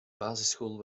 basisschool